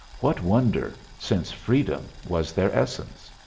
what wonder, since freedom was their essence?